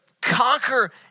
conquer